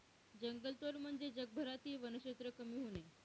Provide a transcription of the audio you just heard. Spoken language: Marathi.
जंगलतोड म्हणजे जगभरातील वनक्षेत्र कमी होणे